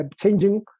changing